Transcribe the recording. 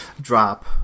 drop